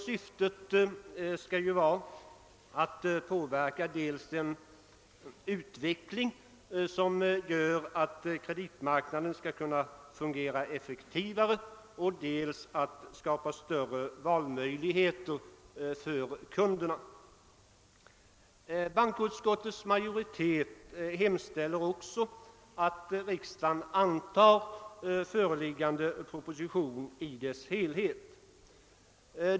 Syftet skall vara att påverka dels en utveckling i den riktningen att kreditmarknaden skall kunna fungera mera effektivt och dels att skapa större valmöjligheter för kunderna. Bankoutskottets majoritet hemställer också att riksdagen antar föreliggande proposition i dess helhet.